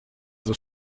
the